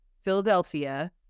philadelphia